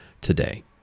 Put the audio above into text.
today